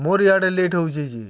ମୋର୍ ଇଆଡ଼େ ଲେଟ୍ ହଉଛେ ଯେ